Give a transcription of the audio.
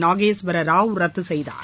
நாகேஸ்வர ராவ் ரத்து செய்தார்